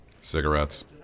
Cigarettes